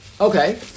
Okay